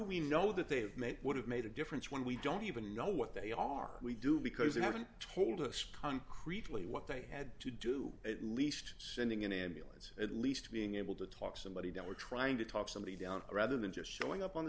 we know that they have made would have made a difference when we don't even know what they are we do because they haven't told us concretely what they had to do at least sending an ambulance or at least being able to talk somebody down we're trying to talk somebody down rather than just showing up on the